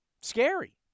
Scary